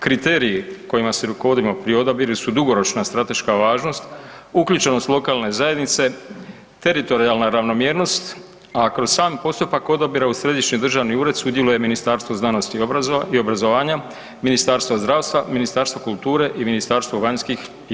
Kriteriji kojima se rukovodimo pri odabiru su dugoročna strateška važnost, uključenost lokalne zajednice, teritorijalna ravnomjernost a kroz sam postupak odabira u Središnji državni ured, sudjeluje Ministarstvo znanosti i obrazovanja, Ministarstvo zdravstva, Ministarstvo kulture i MVEP.